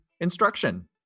instruction